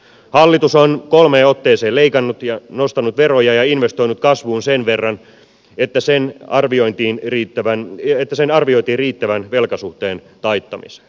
hallitus on kolmeen otteeseen leikannut nostanut veroja ja investoinut kasvuun sen verran että sen arvioitiin riittävän velkasuhteen taittamiseen